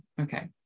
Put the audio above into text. Okay